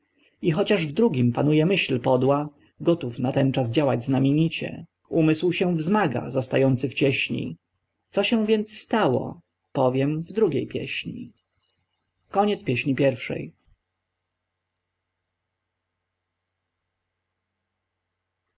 i chociaż w drugim panuje myśl podła gotów natenczas działać znamienicie umysł się wzmaga zostający w cieśni co się więc stało powiem w drugiej pieśni